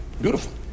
Beautiful